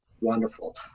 Wonderful